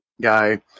guy